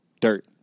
dirt